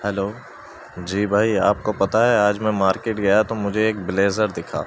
hello جی بھائی آپ کو پتہ ہے آج میں مارکیٹ گیا تو مجھے ایک بلیزر دکھا